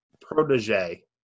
protege